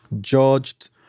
judged